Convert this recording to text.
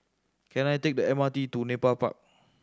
can I take the M R T to Nepal Park